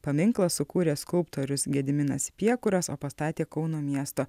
paminklą sukūrė skulptorius gediminas piekuras o pastatė kauno miesto